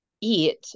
eat